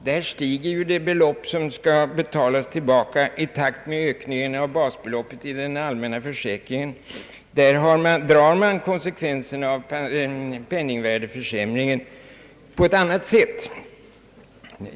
Där stiger det belopp som skall betalas tillbaka i takt med ökningen av basbeloppet i den allmänna försäkringen. Där drar man konsekvenserna av penningvärdeförsämringen på ett annat sätt.